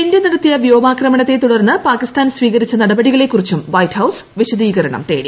India നടത്തിയ വ്യോമാക്രമണത്തെ തുടർന്ന് പാകിസ്ഥാൻ സ്വീകരിച്ച നടപടികളെ കുറിച്ചും വൈറ്റ് ഹൌസ് വിശദീകരണം തേടി